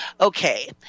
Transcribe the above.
Okay